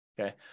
Okay